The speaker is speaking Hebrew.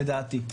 לדעתי.